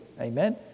Amen